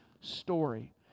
story